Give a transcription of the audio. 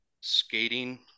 skating